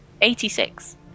Eighty-six